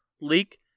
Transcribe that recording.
leak